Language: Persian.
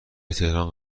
تهران